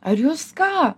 ar jūs ką